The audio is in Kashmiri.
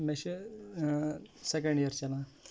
مےٚ چھےٚ سیٚکنڈ یِیَر چَلان